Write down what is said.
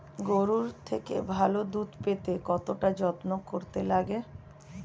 গরুর থেকে ভালো দুধ পেতে কতটা যত্ন করতে লাগে